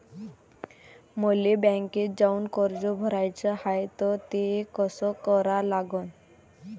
मले बँकेत जाऊन कर्ज भराच हाय त ते कस करा लागन?